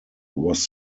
was